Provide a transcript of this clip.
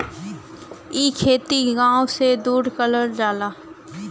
इ खेती गाव से दूर करल जाला